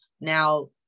now